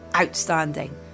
outstanding